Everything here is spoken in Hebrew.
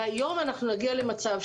היום אנחנו נגיע למצב,